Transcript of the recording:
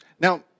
Now